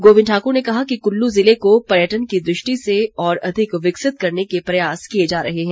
गोविंद ठाकुर ने कहा कि कुल्लू जिले को पर्यटन की दृष्टि से और अधिक विकसित करने के प्रयास किए जा रहे हैं